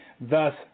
Thus